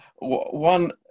one